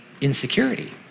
insecurity